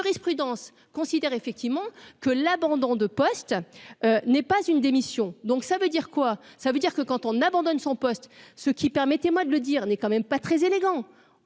la jurisprudence considère effectivement que l'abandon de poste n'est pas une démission donc ça veut dire quoi, ça veut dire que quand on abandonne son poste, ce qui, permettez-moi de le dire, n'est quand même pas très élégant,